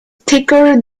thicker